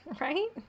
Right